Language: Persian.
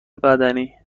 بدنی